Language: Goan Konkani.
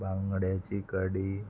बांगड्यांची कडी